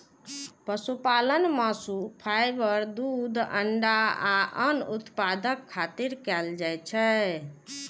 पशुपालन मासु, फाइबर, दूध, अंडा आ आन उत्पादक खातिर कैल जाइ छै